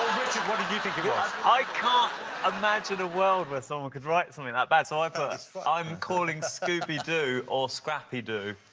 what did you think it was? i can't imagine a world where someone could write something that bad, so i put, i'm calling to scooby-doo or scrappy doo.